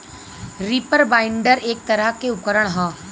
reaper binder एक तरह के उपकरण ह